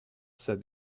said